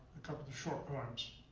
a couple short poems.